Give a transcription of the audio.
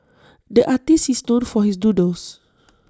the artist is known for his doodles